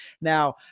Now